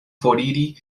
foriri